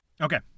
Okay